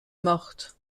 morte